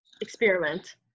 experiment